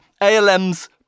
ALM's